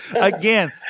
Again